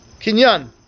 Kinyan